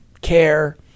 care